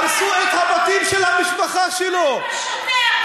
הרסו את הבתים של המשפחה שלו, מה עם השוטר?